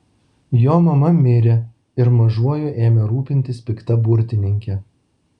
jo mama mirė ir mažuoju ėmė rūpintis pikta burtininkė